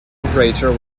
operator